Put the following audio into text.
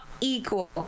equal